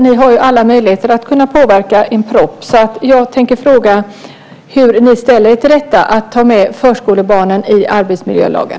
Ni har alla möjligheter att påverka en proposition så jag tänker fråga: Hur ställer ni er till att ta med förskolebarnen i arbetsmiljölagen?